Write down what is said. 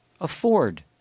afford